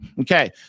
Okay